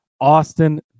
Austin